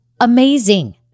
Amazing